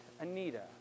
Anita